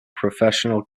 professional